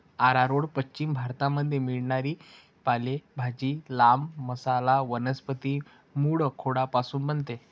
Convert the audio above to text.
arrowroot पश्चिम भारतामध्ये मिळणारी पालेभाजी, लांब, मांसल वनस्पती मूळखोडापासून बनते